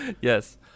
Yes